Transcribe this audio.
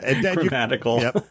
Grammatical